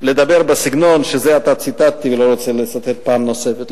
לדבר בסגנון שזה עתה ציטטתי ואני לא רוצה לצטט פעם נוספת.